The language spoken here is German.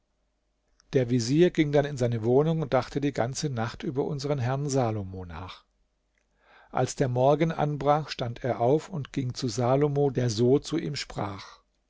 der vezier ging dann in seine wohnung und dachte die ganze nacht über unsern herrn salomo nach als der morgen anbrach stand er auf und ging zu salomo der so zu ihm sprach